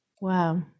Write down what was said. Wow